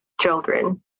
children